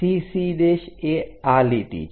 CC એ આ લીટી છે